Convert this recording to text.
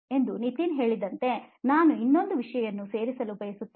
ಎಂದು ನಿತಿನ್ ಹೇಳಿದಂತೆ ನಾನು ಇನ್ನೊಂದು ವಿಷಯವನ್ನು ಸೇರಿಸಲು ಬಯಸುತ್ತೇನೆ